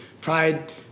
Pride